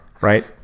Right